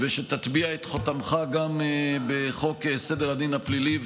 תטביע את חותמך גם בחוק סדר הדין הפלילי,